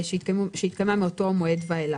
שהתקיימה מאותו מועד ואילך.